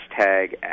hashtag